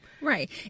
Right